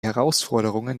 herausforderungen